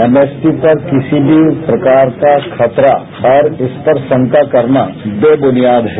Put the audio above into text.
MSP पर किसी भी प्रकार का खतरा और उस पर शंका करना बेबुनियाद है